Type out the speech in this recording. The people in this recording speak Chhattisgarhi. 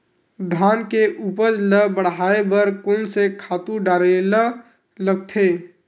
धान के उपज ल बढ़ाये बर कोन से खातु डारेल लगथे?